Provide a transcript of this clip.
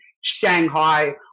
Shanghai